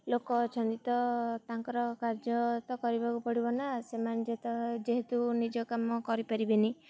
ଲୋକ ଅଛନ୍ତି ତ ତାଙ୍କର କାର୍ଯ୍ୟ ତ କରିବାକୁ ପଡ଼ିବ ନା ସେମାନେ ଯେହେତୁ ନିଜ କାମ କରିପାରିବେନି